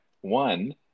One